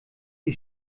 sie